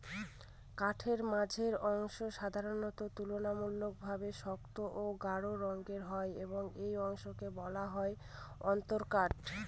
কাঠের মাঝের অংশ সাধারণত তুলনামূলকভাবে শক্ত ও গাঢ় রঙের হয় এবং এই অংশকে বলা হয় অন্তরকাঠ